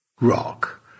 Rock